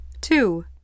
Two